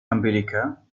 umbilical